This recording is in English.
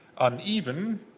uneven